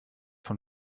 von